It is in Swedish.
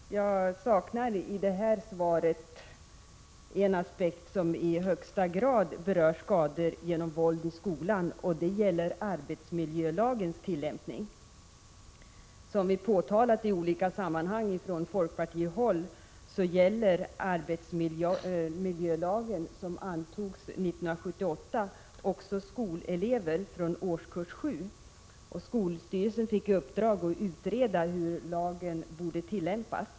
Herr talman! Jag saknar i det här svaret en aspekt som i högsta grad berör skador genom våld i skolan. Det gäller arbetsmiljölagens tillämpning. Som vi framhållit i olika sammanhang från folkpartihåll gäller arbetsmiljölagen, som antogs 1978, också skolelever från årskurs 7. Skolöverstyrelsen fick i uppdrag att utreda hur lagen borde tillämpas.